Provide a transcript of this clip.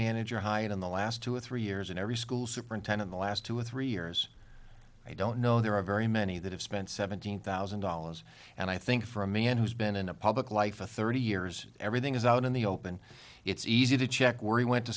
manager hired in the last two or three years and every school superintendent the last two or three years i don't know there are very many that have spent seventeen thousand dollars and i think for a man who's been in a public life for thirty years everything is out in the open it's easy to check where he went to